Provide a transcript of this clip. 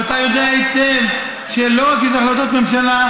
ואתה יודע היטב שלא רק שיש החלטות ממשלה,